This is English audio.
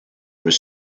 was